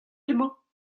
emañ